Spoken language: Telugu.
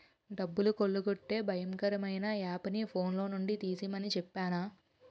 డబ్బులు కొల్లగొట్టే భయంకరమైన యాపుని ఫోన్లో నుండి తీసిమని చెప్పేనా